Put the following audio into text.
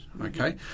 Okay